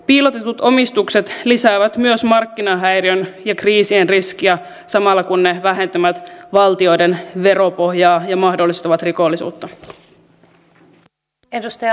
piilotetut omistukset lisäävät myös markkinahäiriön ja kriisien riskiä samalla kun ne vähentävät valtioiden veropohjaa ja mahdollistavat rikollisuutta